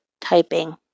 typing